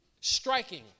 striking